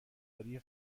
کردن